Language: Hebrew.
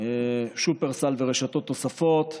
בשופרסל ורשתות נוספות.